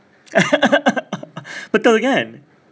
betul kan